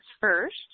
first